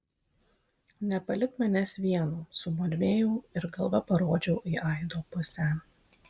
nepalik manęs vieno sumurmėjau ir galva parodžiau į aido pusę